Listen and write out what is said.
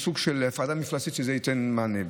וההפרדה המפלסית גם תיתן מענה.